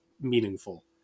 meaningful